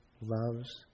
loves